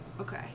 Okay